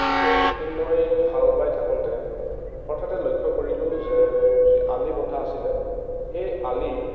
গতিকে এদিন মই হাল বাই থাকোঁতে হঠাতে লক্ষ্য কৰিলোঁ যে মোৰ যি আলি বন্ধা আছিলে সেই আলি